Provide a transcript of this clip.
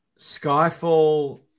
Skyfall